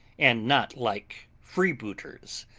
and not like freebooters,